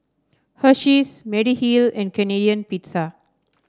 Hersheys Mediheal and Canadian Pizza